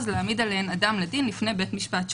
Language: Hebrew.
להעמיד עליהן אדם לדין לפני בית משפט שלום".